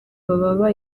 baba